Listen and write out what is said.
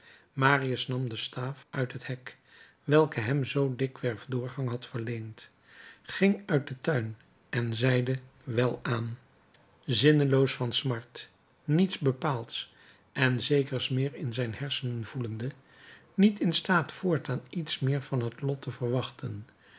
marius nam de staaf uit het hek welke hem zoo dikwerf doorgang had verleend ging uit den tuin en zeide welaan zinneloos van smart niets bepaalds en zekers meer in zijn hersenen voelende niet in staat voortaan iets meer van het lot te verwachten